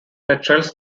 petrels